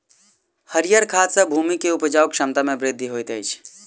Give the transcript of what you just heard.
हरीयर खाद सॅ भूमि के उपजाऊ क्षमता में वृद्धि होइत अछि